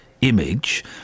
image